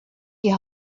die